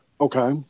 Okay